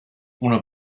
una